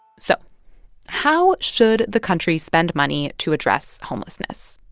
so how should the country spend money to address homelessness?